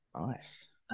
Nice